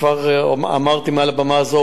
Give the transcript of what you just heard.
כבר אמרתי מעל במה זו,